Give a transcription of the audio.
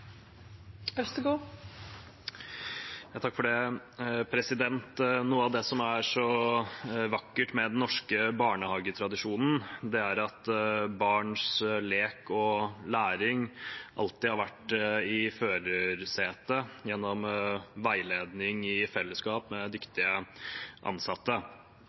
så vakkert med den norske barnehagetradisjonen, er at barns lek og læring alltid har vært i førersetet gjennom veiledning i fellesskap med dyktige ansatte.